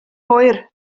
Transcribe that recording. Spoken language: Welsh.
hwyr